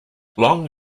long